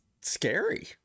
scary